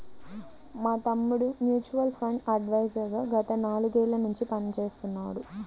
మా తమ్ముడు mutual fund adviser గా గత నాలుగేళ్ళ నుంచి పనిచేస్తున్నాడు